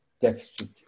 deficit